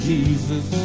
Jesus